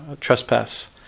trespass